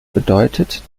bedeutet